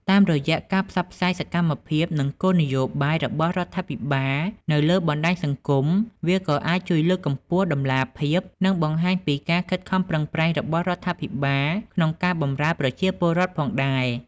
តាមរយៈការផ្សព្វផ្សាយសកម្មភាព និងគោលនយោបាយរបស់រដ្ឋាភិបាលនៅលើបណ្ដាញសង្គម វាក៏អាចជួយលើកកម្ពស់តម្លាភាព និងបង្ហាញពីការខិតខំប្រឹងប្រែងរបស់រដ្ឋាភិបាលក្នុងការបម្រើប្រជាពលរដ្ឋផងដែរ។